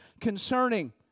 concerning